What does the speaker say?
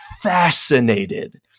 fascinated